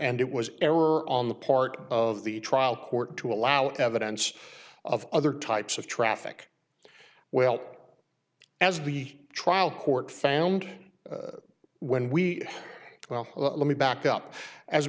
and it was error on the part of the trial court to allow evidence of other types of traffic well as the trial court found when we well let me back up as